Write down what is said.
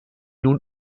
nun